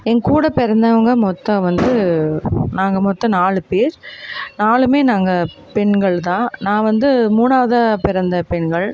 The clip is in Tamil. என்கூட பிறந்தவங்க மொத்தம் வந்து நாங்கள் மொத்தம் நாலு பேர் நாலுமே நாங்கள் பெண்கள்தான் நான் வந்து மூணாவதாக பிறந்த பெண்கள்